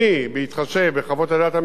החלטתי על סדר העדיפויות הזה,